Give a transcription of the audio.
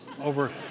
over